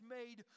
made